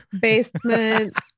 basement